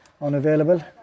unavailable